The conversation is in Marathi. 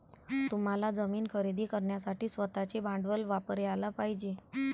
तुम्हाला जमीन खरेदी करण्यासाठी स्वतःचे भांडवल वापरयाला पाहिजे